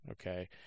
okay